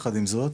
יחד עם זאת,